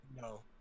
No